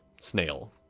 snail